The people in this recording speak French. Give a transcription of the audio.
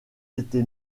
été